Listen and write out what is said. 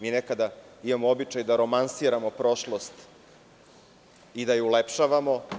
Mi nekada imamo običaj da romansiramo prošlost i da je ulepšavamo.